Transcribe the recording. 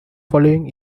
following